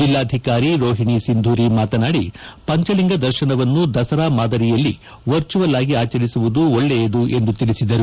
ಜಿಲ್ಲಾಧಿಕಾರಿ ರೋಹಿಣಿ ಸಿಂಧೂರಿ ಮಾತನಾಡಿ ಪಂಚಲಿಂಗ ದರ್ಶನವನ್ನು ದಸರಾ ಮಾದರಿಯಲ್ಲಿ ವರ್ಚುವಲ್ ಆಗಿ ಆಚರಿಸುವುದು ಒಳ್ಳೆಯದು ಎಂದು ತಿಳಿಸಿದರು